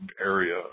area